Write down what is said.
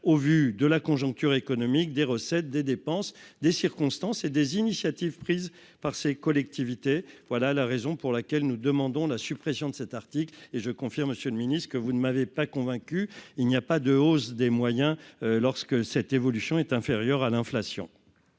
au vu de la conjoncture économique des recettes des dépenses des circonstances et des initiatives prises par ces collectivités, voilà la raison pour laquelle nous demandons la suppression de cet article et je confirme, Monsieur le Ministre, que vous ne m'avez pas convaincu, il n'y a pas de hausse des moyens lorsque cette évolution est inférieur à l'inflation.